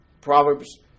Proverbs